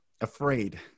afraid